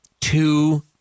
two